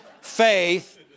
Faith